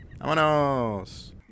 Vámonos